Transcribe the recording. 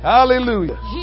Hallelujah